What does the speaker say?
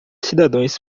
cidadãos